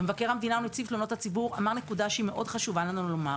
ומבקר המדינה ונציב תלונות הציבור אמר נקודה שמאוד חשוב לנו לומר,